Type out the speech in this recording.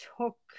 took